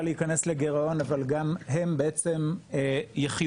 להיכנס לגירעון אבל גם הם בעצם יחידות